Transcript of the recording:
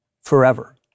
forever